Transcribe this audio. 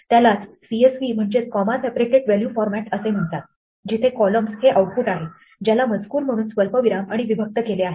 त्यालाच CSV म्हणजेच comma separated value format असे म्हणतातजिथे कॉलम्स हे आउटपुट आहे ज्याला मजकूर म्हणून स्वल्पविराम आणि विभक्त केले आहे